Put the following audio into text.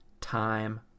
time